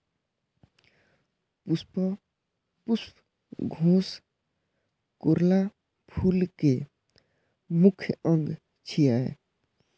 पुष्पकोष कोरोला फूल के मुख्य अंग छियै